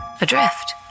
Adrift